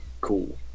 Cool